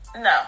no